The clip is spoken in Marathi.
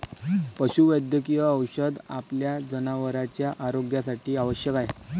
पशुवैद्यकीय औषध आपल्या जनावरांच्या आरोग्यासाठी आवश्यक आहे